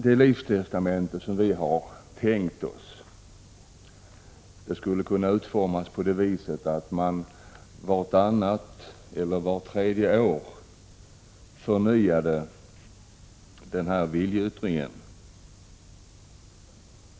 Det livstestamente som vi tänkt oss skulle kunna utformas på det viset att man vartannat eller vart tredje år förnyar viljeyttringen.